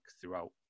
throughout